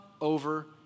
over